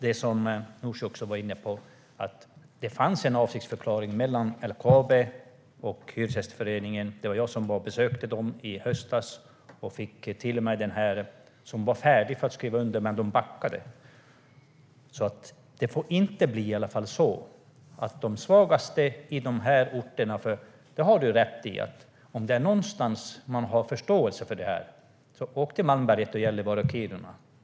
Nooshi var inne på att det fanns en avsiktsförklaring mellan LKAB och Hyresgästföreningen. Jag besökte dem i höstas, och avsiktsförklaringen var färdig att skrivas under, men de backade. Ministern har rätt i att om det är någonstans som man har förståelse för det här är det i Malmberget, Gällivare och Kiruna.